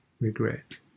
regret